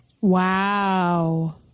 Wow